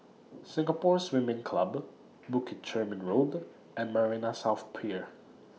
Singapore Swimming Club Bukit Chermin Road and Marina South Pier